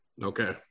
Okay